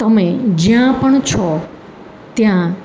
તમે જ્યાં પણ છો ત્યાં